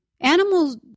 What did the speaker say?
Animals